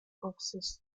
boxes